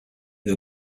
who